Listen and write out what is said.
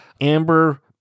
Amber